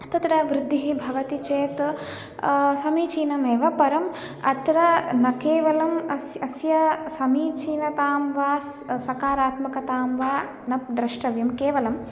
तत्र वृद्धिः भवति चेत् समीचीनमेव परम् अत्र न केवलम् अस्य अस्य समीचीनतां वा स् सकारात्मकतां वा न द्रष्टव्यं केवलं